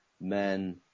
men